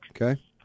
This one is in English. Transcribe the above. Okay